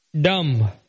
dumb